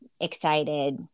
excited